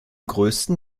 größten